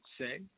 say